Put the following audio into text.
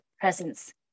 presence